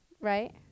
right